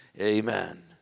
Amen